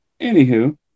anywho